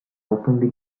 openly